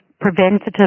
preventative